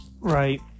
Right